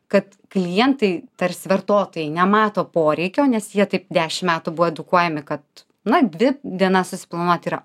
kad klientai tarsi vartotojai nemato poreikio nes jie taip dešim metų buvo edukuojami kad na dvi dienas susiplanuoti yra